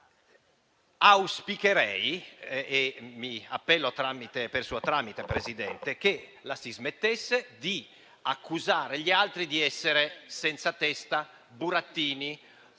luogo, auspicherei - e mi appello, per suo tramite, al Presidente - che si smettesse di accusare gli altri di essere senza testa, burattini,